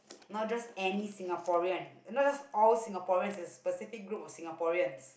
no just any Singaporean no no all Singaporean is specific group of Singaporeans